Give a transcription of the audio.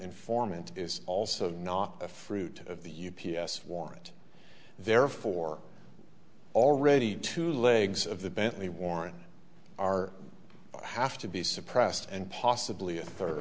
informant is also not a fruit of the u p s warrant therefore already two legs of the bentley warrant are have to be suppressed and possibly a third